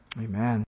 Amen